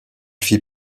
fit